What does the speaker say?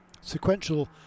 sequential